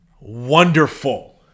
Wonderful